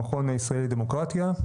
המכון הישראלי לדמוקרטיה.